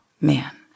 man